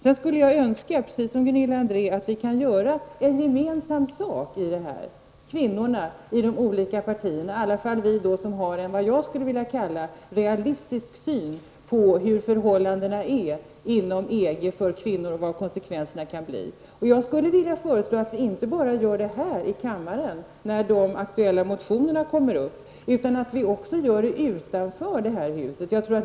Jag skulle önska, liksom Gunilla André, att kvinnorna i de olika partierna skulle kunna göra gemensam sak -- i alla fall vi som har en, vad jag skulle vilja kalla, realistisk syn på hur förhållandena är inom EG för kvinnorna och vad konsekvenserna kan bli. Jag skulle vilja föreslå att vi inte bara gör det här i kammaren när de aktuella motionerna kommer upp, utan att vi också gör det utanför det här huset.